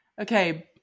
okay